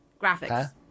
graphics